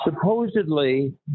supposedly